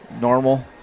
normal